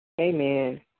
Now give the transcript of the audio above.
Amen